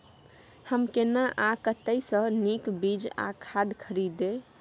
हम केना आ कतय स नीक बीज आ खाद खरीदे?